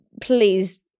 please